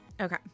Okay